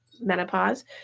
menopause